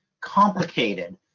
complicated